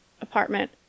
apartment